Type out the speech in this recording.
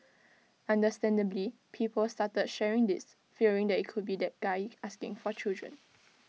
understandably people started sharing this fearing that IT could be that guy asking for children